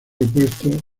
opuesto